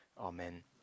amen